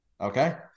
Okay